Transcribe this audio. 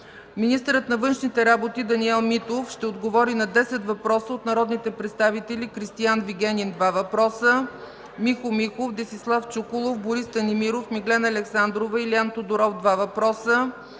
Министърът на външните работи Даниел Митов ще отговори на десет въпроса от народните представители Кристиан Вигенин –два въпроса, Михо Михов, Десислав Чуколов, Борис Станимиров, Миглена Александрова, Илиан Тодоров – два въпроса,